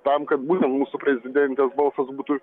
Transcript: tam kad būtent mūsų prezidentės balsas būtų